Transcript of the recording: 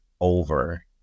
over